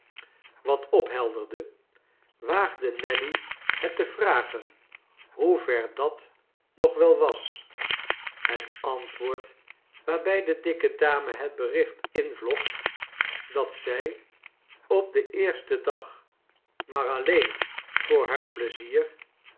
wat ophelderde waagde nelly het te vragen hoever dat nog wel was het antwoord waarbij de dikke dame het bericht invlocht dat zij op den eersten dag maar alleen voor haar pleizier